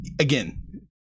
Again